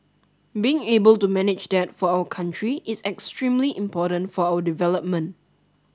being able to manage that for our country is extremely important for our development